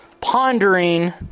pondering